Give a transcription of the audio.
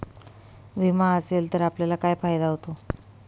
विमा असेल तर आपल्याला काय फायदा होतो?